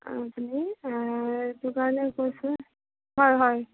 কাৰাণে কৈছোঁ হয় হয়